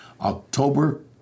October